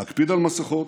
להקפיד על מסכות,